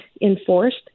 enforced